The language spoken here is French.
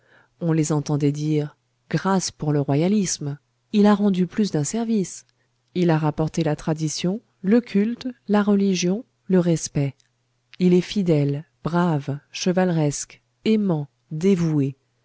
on les entendait dire grâce pour le royalisme il a rendu plus d'un service il a rapporté la tradition le culte la religion le respect il est fidèle brave chevaleresque aimant dévoué